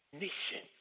nations